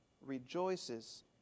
rejoices